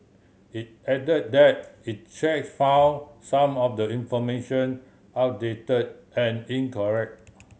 it added that it checks found some of the information outdated and inaccurate